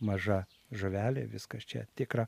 maža žuvelė viskas čia tikra